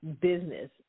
business